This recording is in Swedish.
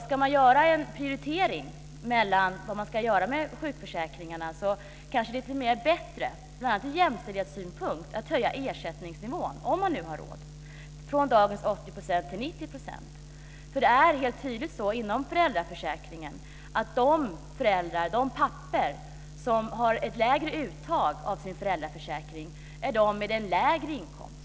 Ska man göra en prioritering av vad man ska göra med sjukförsäkringarna kanske det är bättre, bl.a. ur jämställdhetssynpunkt, att höja ersättningsnivån - om man nu har råd - från dagens 80 % till 90 %. Det är helt tydligt att de föräldrar, inte minst pappor, som har ett lägre uttag av sin föräldraförsäkring är de med lägre inkomst.